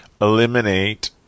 eliminate